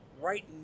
Right